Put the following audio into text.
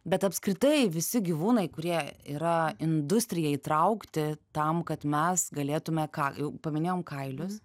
bet apskritai visi gyvūnai kurie yra industrijai įtraukti tam kad mes galėtume ką jau paminėjom kailius